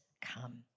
come